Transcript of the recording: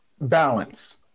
Balance